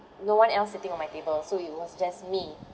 no one else sitting on my table so it was just me